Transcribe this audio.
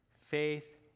faith